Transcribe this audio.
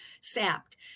sapped